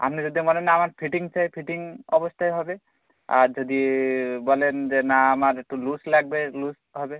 আমনি যদি বলেন না আমার ফিটিং চাই ফিটিং অবস্থায় হবে আর যদি বলেন যে না আমার একটু লুস লাগবে লুস হবে